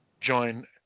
join